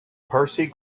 percy